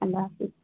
اللہ حافظ